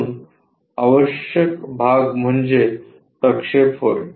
म्हणून आवश्यक भाग म्हणजे प्रक्षेप होय